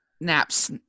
naps